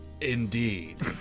Indeed